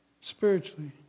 spiritually